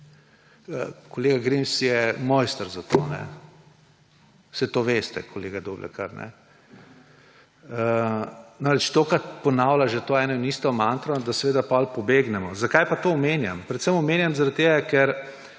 Kolega Grims je mojster za to, saj to veste, kolega Doblekar. Namreč tolikokrat ponavlja že to eno in isto mantro, da potem pobegnemo. Zakaj pa to omenjam? Predvsem omenjam zaradi tega, ker